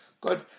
Good